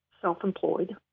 self-employed